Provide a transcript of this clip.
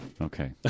Okay